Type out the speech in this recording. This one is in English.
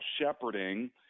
shepherding